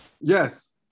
Yes